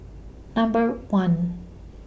Number one